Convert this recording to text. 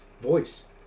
voice